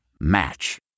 Match